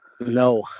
No